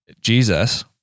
Jesus